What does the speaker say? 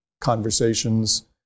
conversations